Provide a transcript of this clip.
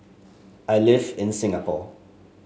I live in Singapore